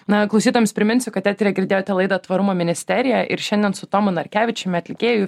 na klausytojams priminsiu kad eteryje girdėjot laidą tvarumo ministerija ir šiandien su tomu narkevičiumi atlikėjų